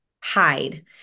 hide